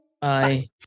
Bye